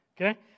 Okay